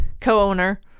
co-owner